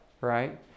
right